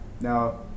Now